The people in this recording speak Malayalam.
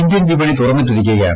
ഇന്ത്യൻ വിപണി തുറന്നിട്ടിരിക്കുകയാണ്